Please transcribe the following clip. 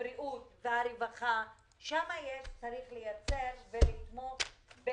הבריאות והרווחה צריך לייצר מקומות עבודה